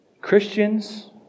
Christians